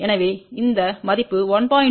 எனவே இந்த மதிப்பு 1